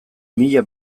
mila